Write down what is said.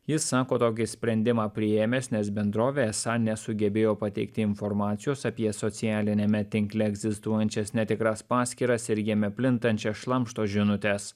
jis sako tokį sprendimą priėmęs nes bendrovė esą nesugebėjo pateikti informacijos apie socialiniame tinkle egzistuojančias netikras paskyras ir jame plintančias šlamšto žinutes